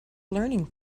learning